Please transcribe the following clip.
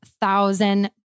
thousand